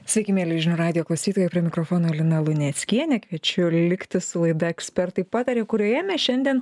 sveiki mieli žinių radijo klausytojai prie mikrofono lina luneckienė kviečiu likti su laida ekspertai pataria kurioje mes šiandien